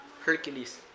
Hercules